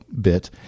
bit